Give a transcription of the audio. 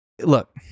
look